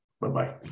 Bye-bye